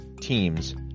teams